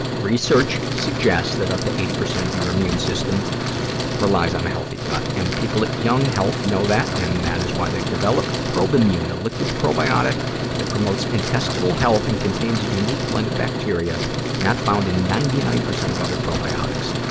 research suggests that up to eighty percent of your immune system relies on a healthy gut, and the people at young health know that, and that is why they developed probimune, a liquid probiotic that promotes intestinal health and contains a unique blend of bacteria not found in ninety nine percent of other probiotics.